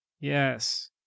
Yes